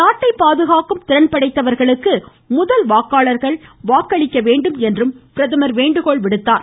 நாட்டை பாதுகாக்கும் திறன் படைத்தவர்களுக்கு முதல் வாக்காளர்கள் வாக்களிக்க வேண்டும் என்றும் அவர் வேண்டுகோள் விடுத்தார்